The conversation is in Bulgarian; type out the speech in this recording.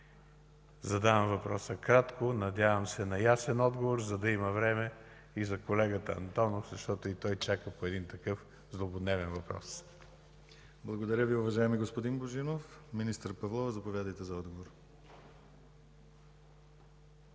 Задавам въпроса кратко, надявам се на ясен отговор, за да има време и за колегата Антонов, защото и той чака по един такъв злободневен въпрос. ПРЕДСЕДАТЕЛ ДИМИТЪР ГЛАВЧЕВ: Благодаря Ви, уважаеми господин Божинов. Министър Павлова, заповядайте за отговор.